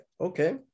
okay